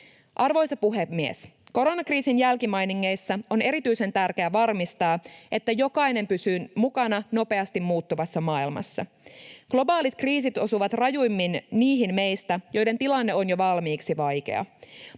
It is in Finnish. Arvoisa puhemies! Koronakriisin jälkimainingeissa on erityisen tärkeä varmistaa, että jokainen pysyy mukana nopeasti muuttuvassa maailmassa. Globaalit kriisit osuvat rajuimmin niihin meistä, joiden tilanne on jo valmiiksi vaikea.